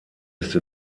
ist